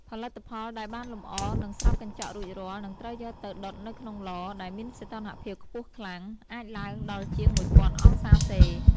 ផលិតផលដែលបានលម្អ និងស្រោបកញ្ចក់រួចរាល់ នឹងត្រូវយកទៅ ដុតនៅក្នុងឡ ដែលមានសីតុណ្ហភាពខ្ពស់ខ្លាំង អាចឡើងដល់ជាង ១០០០ អង្សាសេ។